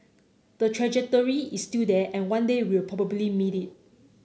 the trajectory is still there and one day we'll probably meet it